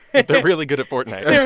they're really good at fortnite yeah